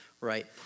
right